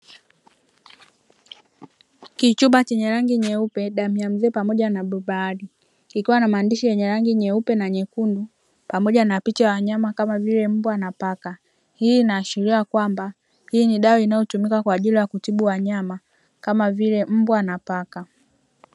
Kichupa chenye rangi nyeupe, damu ya mzee pamoja na bluu bahari, kikiwa na maandishi yenye rangi nyeupe na nyekundu pamoja na picha ya wanyama kama vile mbwa na paka. Hii inaashiria kwamba hii ni dawa inayotumika kwa ajili ya kutibu wanyama kama vile mbwa na paka.